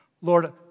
Lord